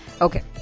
Okay